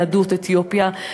יהדות אתיופיה,